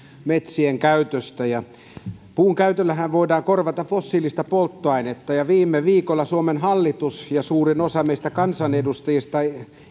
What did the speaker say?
metsien käytöstä puun käytöllähän voidaan korvata fossiilista polttoainetta viime viikolla suomen hallitus ja suurin osa meistä kansanedustajista